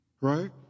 right